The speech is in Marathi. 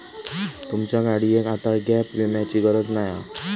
तुमच्या गाडियेक आता गॅप विम्याची गरज नाय हा